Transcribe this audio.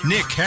Nick